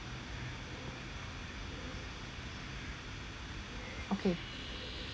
okay